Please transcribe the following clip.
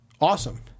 Awesome